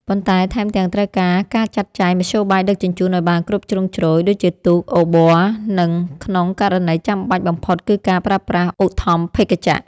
ប៉ុន្តែថែមទាំងត្រូវការការចាត់ចែងមធ្យោបាយដឹកជញ្ជូនឱ្យបានគ្រប់ជ្រុងជ្រោយ ដូចជាទូក អូប័រ និងក្នុងករណីចាំបាច់បំផុតគឺការប្រើប្រាស់ឧទ្ធម្ភាគចក្រ។